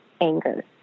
anger